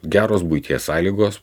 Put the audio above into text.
geros buities sąlygos